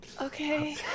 okay